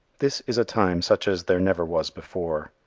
this is a time such as there never was before.